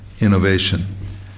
innovation